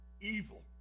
evil